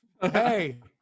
Hey